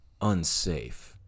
unsafe